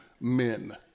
men